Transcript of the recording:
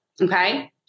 okay